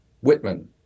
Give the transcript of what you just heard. Whitman